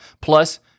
Plus